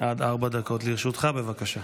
עד ארבע דקות לרשותך, בבקשה.